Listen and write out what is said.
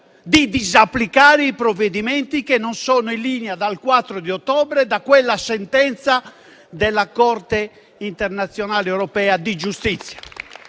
di disapplicare i provvedimenti che non sono in linea, dal 4 ottobre, con quella sentenza della Corte internazionale di giustizia